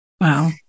Wow